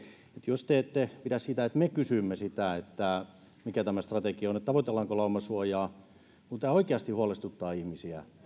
jos te ette pidä siitä että me kysymme sitä mikä tämä strategia on tavoitellaanko laumasuojaa niin kun tämä oikeasti huolestuttaa ihmisiä